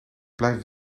blijf